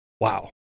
Wow